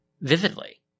vividly